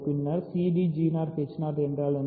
பின்னர் cd என்றால் என்ன